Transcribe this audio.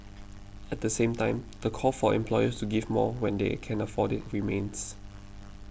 at the same time the call for employers to give more when they can afford it remains